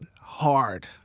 hard